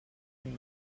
rei